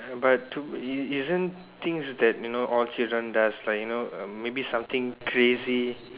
but to isn't things that you know all children does like you know maybe something crazy